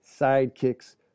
sidekicks